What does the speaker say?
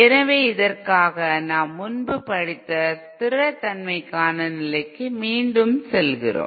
எனவே இதற்காக நாம் முன்பு படித்த ஸ்திரத்தன்மைக்கான நிலைக்கு மீண்டும் செல்கிறோம்